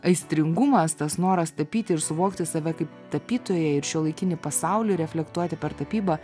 aistringumas tas noras tapyti ir suvokti save kaip tapytoja ir šiuolaikinį pasaulį reflektuoti per tapybą